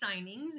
signings